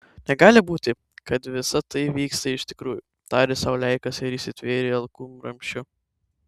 negali būti kad visa tai vyksta iš tikrųjų tarė sau leikas ir įsitvėrė alkūnramsčių